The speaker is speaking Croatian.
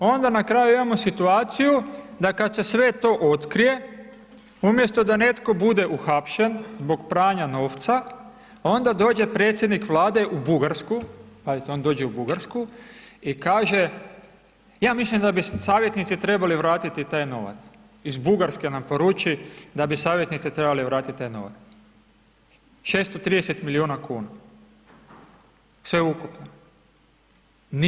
Onda na kraju imamo situaciju da kad se sve to otkrije, umjesto da netko bude uhapšen zbog pranja novca, onda dođe predsjednik Vlade u Bugarsku, pazite on dođe u Bugarsku, i kaže ja mislim da bi savjetnici trebali vratiti taj novac, iz Bugarske nam poruči da bi savjetnici trebali vratiti taj novac, 630 milijuna kuna, sveukupno.